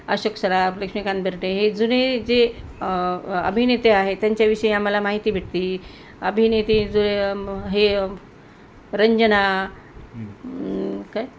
अशोक सराफ लक्ष्मीकांत बेर्डे हे जुने जे अभिनेते आहे त्यांच्याविषयी आम्हाला माहिती भेटते अभिनेते जुने हे रंजना काय